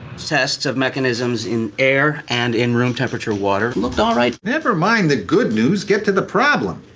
tests of mechanisms in air and in room temperature water looked alright nevermind the good news get to the problem!